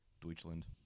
Deutschland